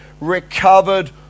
recovered